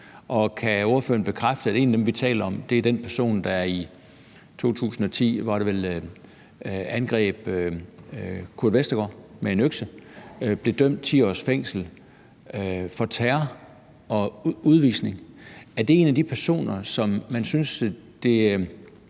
Og kan ordføreren bekræfte, at en af dem, vi taler om, er den person, der i 2010 – var det vel – angreb Kurt Vestergaard med en økse og blev idømt 10 års fængsel for terror og dømt til udvisning? Er det en af de personer, som man synes